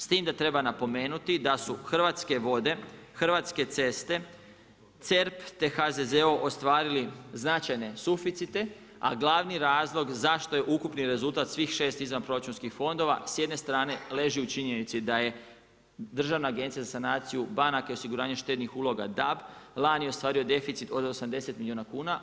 S time da treba napomenuti da su Hrvatske vode, Hrvatske ceste, CERP, te HZZO ostvarili značajne suficite a glavni razlog zašto je ukupni rezultat svih 6 izvanproračunskih fondova s jedne strane leži u činjenici da je državna agencija za sanaciju banaka i osiguranje štednih uloga DAB lani ostvario deficit od 80 milijuna kuna.